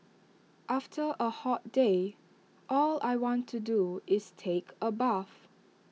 after A hot day all I want to do is take A bath